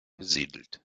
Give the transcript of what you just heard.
besiedelt